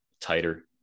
tighter